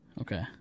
okay